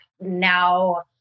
now